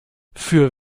für